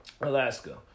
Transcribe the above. alaska